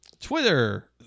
Twitter